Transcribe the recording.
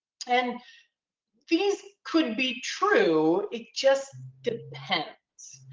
and these could be true, it just depends.